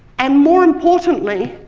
and more importantly,